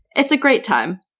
it's a great time.